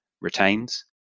retains